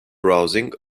browsing